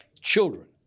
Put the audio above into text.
children